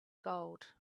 gold